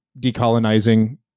decolonizing